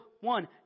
one